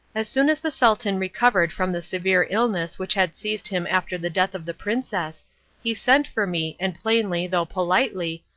as soon as the sultan recovered from the severe illness which had seized him after the death of the princess he sent for me and plainly, though politely,